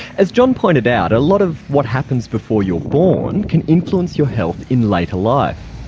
as john pointed out, a lot of what happens before you're born can influence your health in later life.